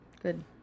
Good